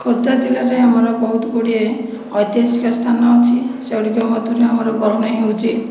ଖୋର୍ଦ୍ଧା ଜିଲ୍ଲାରେ ଆମର ବହୁତ ଗୁଡ଼ିଏ ଐତିହାସିକ ସ୍ଥାନ ଅଛି ସେ ଗୁଡ଼ିକ ମଧ୍ୟରୁ ଆମର ବରୁଣେଇ ହେଉଛି